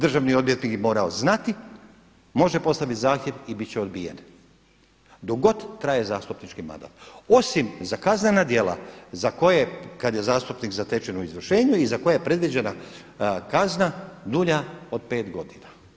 Državni odvjetnik mora znati može postaviti zahtjev i bit će odbijen, dok god traje zastupnički mandat osim za kaznena djela za koje je zastupnik zatečen u izvršenju i za koje je predviđena kazna dulja od pet godina.